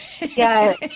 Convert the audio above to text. yes